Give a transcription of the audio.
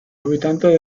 habitantes